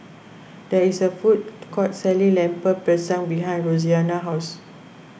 there is a food court selling Lemper Pisang behind Roseanna's house